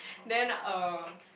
then uh